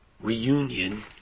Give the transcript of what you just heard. reunion